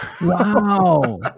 Wow